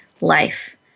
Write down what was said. life